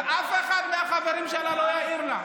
ואף אחד מהחברים שלה לא יעיר לה.